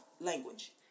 language